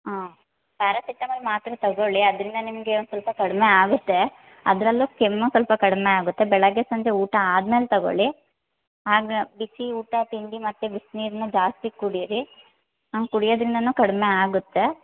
ಹಾಂ ಪ್ಯಾರಾಸಿಟಮಲ್ ಮಾತ್ರೆ ತೊಗೊಳಿ ಅದರಿಂದ ನಿಮಗೆ ಒಂದು ಸ್ವಲ್ಪ ಕಡಿಮೆ ಆಗುತ್ತೆ ಅದರಲ್ಲೂ ಕೆಮ್ಮು ಸ್ವಲ್ಪ ಕಡಿಮೆ ಆಗುತ್ತೆ ಬೆಳಿಗ್ಗೆ ಸಂಜೆ ಊಟ ಆದ ಮೇಲೆ ತೊಗೊಳಿ ಹಾಗೇ ಬಿಸಿ ಊಟ ತಿಂಡಿ ಮತ್ತು ಬಿಸಿನೀರ್ನ ಜಾಸ್ತಿ ಕುಡೀರಿ ಹಂಗೆ ಕುಡಿಯೋದ್ರಿಂದನೂ ಕಡಿಮೆ ಆಗುತ್ತೆ